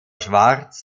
schwartz